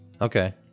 Okay